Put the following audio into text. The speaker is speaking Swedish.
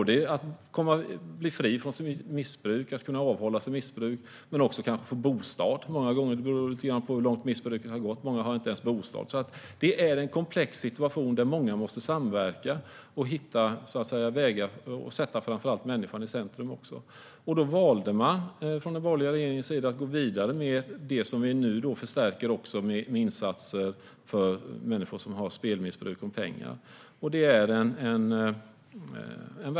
Det gäller att kunna bli fri från sitt missbruk, att kunna avhålla sig från missbruk och kanske även att kunna få en bostad. Det beror lite grann på hur långt missbruket har gått. Många har inte ens bostad. Frågan är komplex, och många måste samverka för att hitta vägar och framför allt sätta människan i centrum. Den borgerliga regeringen valde att gå vidare med det som vi nu förstärker med insatser för människor som har ett missbruk av spel om pengar.